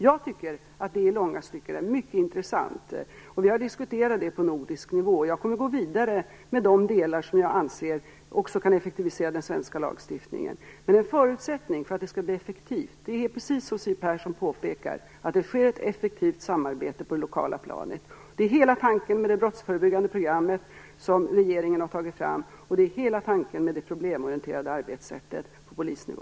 Jag tycker att det i långa stycken är mycket intressant, och vi har diskuterat det på nordisk nivå. Jag kommer att gå vidare med de delar som jag anser också kan effektivisera den svenska lagstiftningen. Men en förutsättning för att det skall bli effektivt är, precis som Siw Persson påpekar, att det sker ett effektivt samarbete på det lokala planet. Det är hela tanken med det brottsförebyggande program som regeringen har tagit fram, och det är hela tanken med det problemorienterade arbetssättet på polisnivå.